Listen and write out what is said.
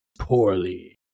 poorly